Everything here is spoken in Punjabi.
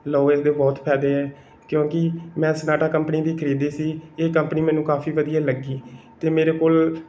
ਲਓ ਇਹਦੇ ਬਹੁਤ ਫ਼ਾਇਦੇ ਹੈ ਕਿਉਂਕਿ ਮੈਂ ਸਨਾਟਾ ਕੰਪਨੀ ਦੀ ਖਰੀਦੀ ਸੀ ਇਹ ਕੰਪਨੀ ਮੈਨੂੰ ਕਾਫ਼ੀ ਵਧੀਆ ਲੱਗੀ ਅਤੇ ਮੇਰੇ ਕੋਲ